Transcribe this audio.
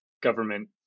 government